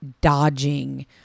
dodging